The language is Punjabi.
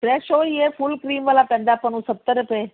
ਫਰੈਸ਼ ਓਹੀ ਆ ਫੁੱਲ ਕਰੀਮ ਵਾਲਾ ਪੈਂਦਾ ਆਪਾਂ ਨੂੰ ਸੱਤਰ ਰੁਪਏ